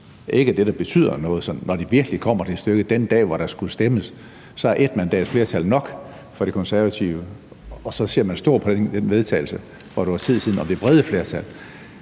ikke er det, der betyder noget, når det virkelig kommer til stykket? Den dag, hvor der skulle stemmes, er 1 mandats flertal nok for De Konservative, og så ser man stort på det forslag til vedtagelse, der var for et års tid siden, om det brede flertal.